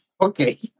Okay